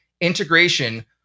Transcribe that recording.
integration